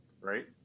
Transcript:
Right